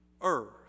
earth